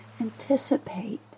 anticipate